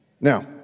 Now